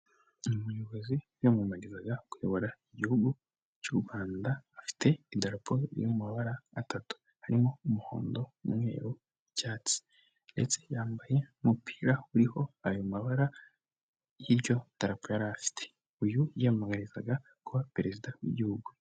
Umuyobozi wiyamamarizaga kuyobora igihugu cy'u Rwanda, afite idarapo riri mu mabara atatu harimo: umuhondo, mweru, icyatsi ndetse yambaye umupira uriho ayo mabara y'iryo darapo yari afite, uyu yiyamamarizaga kuba perezida w'igihugu.